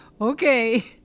okay